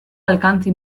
alcance